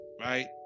Right